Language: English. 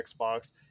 Xbox